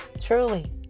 Truly